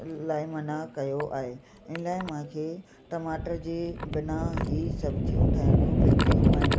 लाइ मना कयो आहे इन लाइ मूंखे टमाटर जे बिना ई सब्जियूं ठाइणियूं पवंदियूं आहिनि